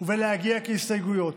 ולהגיע כהסתייגויות.